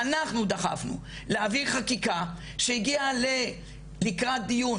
אנחנו דחפנו להביא חקיקה שהגיעה לקראת דיון